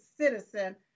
citizen